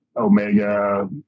Omega